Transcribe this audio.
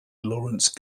lawrence